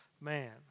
man